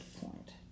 point